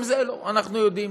גם זה לא, אנחנו יודעים: